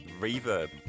Reverb